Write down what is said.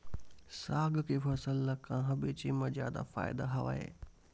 साग के फसल ल कहां बेचे म जादा फ़ायदा हवय?